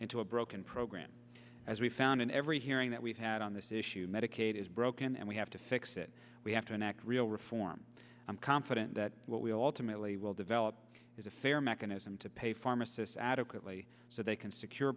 into a broken program as we found in every hearing that we've had on this issue medicaid is broken and we have to fix it we have to enact real reform i'm confident that what we ultimately will develop is a fair mechanism to pay pharmacists adequately so they can secure